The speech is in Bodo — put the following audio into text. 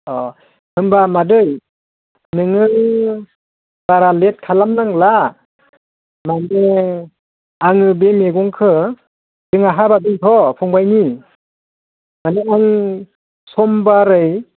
अह होमबा मादै नोङो बारा लेट खालामनांला माने आङो बे मैगंखो जोंहा हाबा दंथ' फंबायनि माने आं समबारै